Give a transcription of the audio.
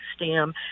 stem